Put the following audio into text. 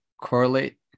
correlate